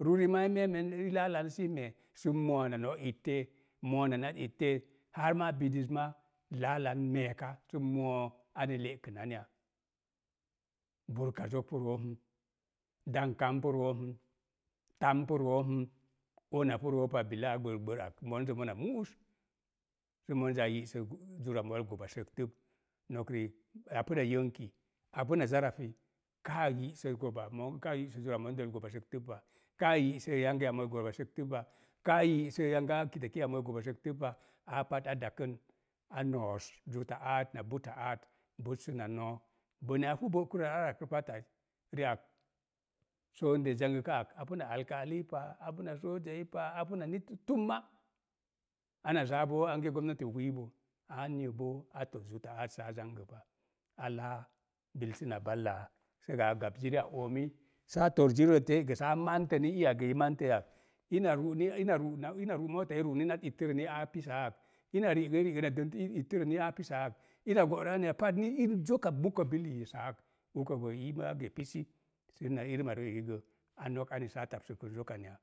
Ruuri ma i meemen, i laalan sii mee, sə moo na no’ ettee, nat ittee, har ma bidəz ma laalan meeka, sə moo ane le'kənan ya. Burka zok pu roo ni, dankaam pu room, tam pu room, ona pu roopa, bilaa gbərgbər ale monjə mona mu'us, sə monjə a yi'sək zura mool goba səktəp. Nok riik, apu na apu na, kaa yi'sə goba mon, kaa yi'sə zura mondəl goba səgtəb pa. Kaa yi'sə yangiya mondəi goba səgləp pa, kaa yi'sə yanga kitaki'a mooi goba səgtəp pa aa pat a dakən a noos zata aat, na buta aat, but səna noo a pu bo'kurə arakrə pat ai ri'ak zangəkaa ak apu na aikaalu pa, apu na soojai pa, apu na nit tumma, ana zaa boo ange gomnati wiibo. An yə boo a tos zuta aat saa zangəpa. A laa, bil səna sə gə a gab ziri a oomii, saa tor zirirə te’ saa ni iya gəi yak. Ina ru’ ni ina ru na ina ru mota i ru'nu nat ittərə ni aa pisaa ak, ina ri'gə i ri'gə na dənt ittərə ni aa pisaa ak, in go'rə ameya pat ni irəm zoka mukə bil yiisaa ak uko gə iima gə pisi, sə na irəma ri'eki gə ane tapsən zokan ya.